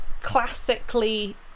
classically